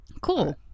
Cool